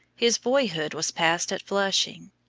his boyhood was passed at flushing.